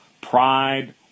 Pride